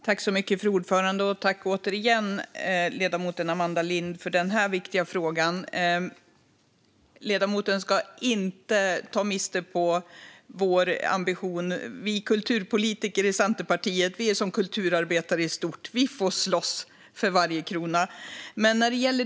Fru talman! Tack, återigen, ledamoten Amanda Lind, för denna viktiga fråga! Ledamoten ska inte ta miste på vår ambition. Vi kulturpolitiker i Centerpartiet är som kulturarbetare i stort; vi får slåss för varje krona.